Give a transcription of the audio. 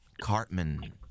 Cartman